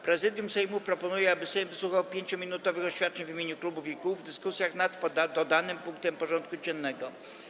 Prezydium Sejmu proponuje, aby Sejm wysłuchał 5-minutowych oświadczeń w imieniu klubów i kół w dyskusji nad dodanym punktem porządku dziennego.